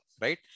Right